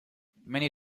many